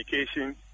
education